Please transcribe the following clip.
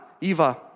Eva